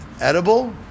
edible